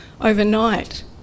Overnight